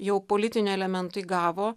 jau politinio elemento įgavo